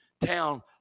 town